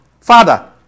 Father